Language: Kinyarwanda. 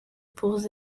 pour